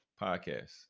podcast